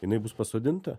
jinai bus pasodinta